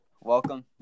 welcome